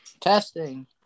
Testing